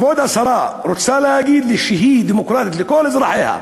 כבוד השרה רוצה להגיד לי שהיא דמוקרטית לכל אזרחיה,